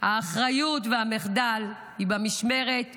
האחריות והמחדל היא במשמרת שלכם,